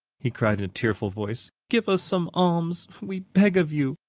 he cried in a tearful voice. give us some alms, we beg of you!